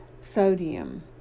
sodium